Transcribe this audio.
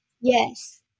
Yes